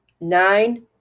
nine